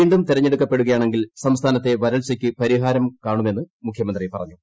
വീണ്ടും തിരഞ്ഞെടുക്കപ്പെടുക്യാണ്ണങ്കിൽ സംസ്ഥാനത്തെ വരൾച്ചയ്ക്ക് പരിഹാരം കാണുമെന്ന് മുഖ്യമന്ത്രി പറഞ്ഞു